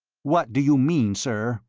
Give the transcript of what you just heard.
what do you mean, sir?